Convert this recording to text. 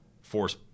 force